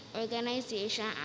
organization